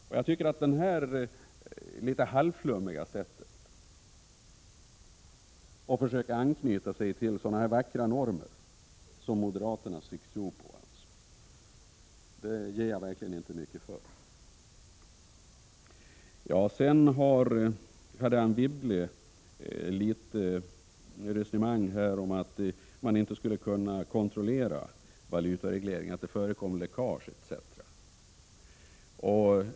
Jag ger verkligen inte mycket för detta litet halvflummiga sätt att försöka anknyta till sådana här vackra normer, som moderaterna tycks tro på. Anne Wibble hade sedan ett resonemang om att man inte skulle kunna kontrollera valutaregleringen och att det förekommer läckage etc.